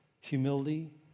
humility